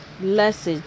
Blessed